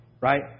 right